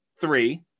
three